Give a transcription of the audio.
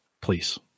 please